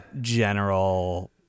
general